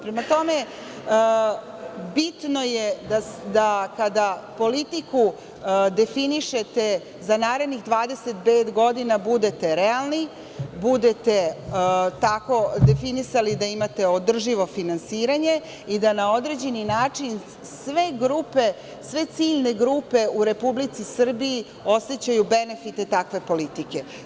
Prema tome, bitno je da kada politiku definišete za narednih 25 godina budete realni, budete tako definisali da imate održivo finansiranje i da na određeni način sve grupe, sve ciljne grupe u Republici Srbiji osećaju benefite takve politike.